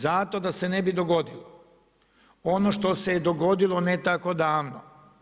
Zato da se ne bi dogodilo, ono što se je dogodilo ne tako davno.